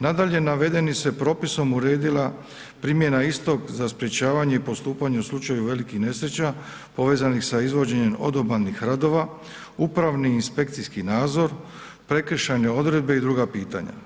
Nadalje, navedenim se propisom uredila primjena istog za sprječavanje i postupanje u slučaju velikih nesreća povezanih sa izvođenjem odobalnih radova, upravni i inspekcijski nadzor, prekršajne odredbe i druga pitanja.